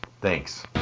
Thanks